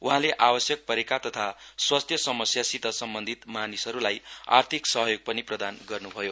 उहाँले आवश्यक परेका तथा स्वास्थ्य समस्यासित सम्बन्धित मानिसगहरूलाई आर्थिक सहयोग पनि प्रदान गर्न्भयो